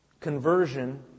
conversion